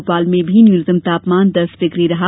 भोपाल में भी न्यूनतम तापमान दस डिग्री रहा